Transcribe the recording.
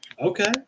Okay